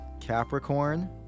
Capricorn